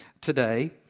today